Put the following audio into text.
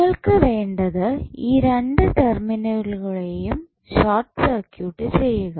നിങ്ങൾക്ക് വേണ്ടത് ഈ രണ്ട് ടെർമിനലുകളെയും ഷോർട്ട് സർക്യൂട്ട് ചെയ്യുക